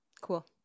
Cool